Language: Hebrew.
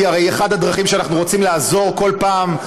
כי הרי אחת הדרכים שבהן אנחנו רוצים לעזור כל פעם,